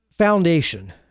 foundation